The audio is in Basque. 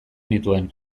nituen